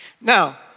Now